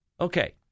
Okay